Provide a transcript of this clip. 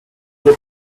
peut